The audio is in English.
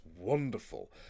wonderful